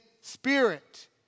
spirit